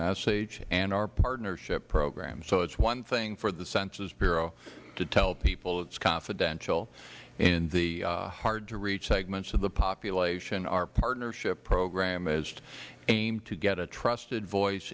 message and our partnership program so it is one thing for the census bureau to tell people it is confidential in the hard to reach segments of the population our partnership program is aimed to get a trusted voice